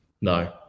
no